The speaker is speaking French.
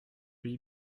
lui